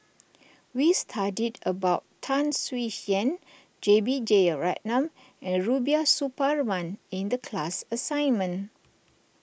we studied about Tan Swie Hian J B Jeyaretnam and Rubiah Suparman in the class assignment